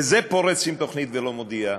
וזה פורץ עם תוכנית ולא מודיע.